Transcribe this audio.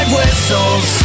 Whistles